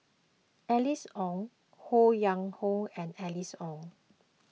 Alice Ong Ho Yuen Hoe and Alice Ong